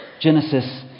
Genesis